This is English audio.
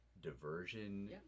diversion